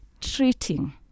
treating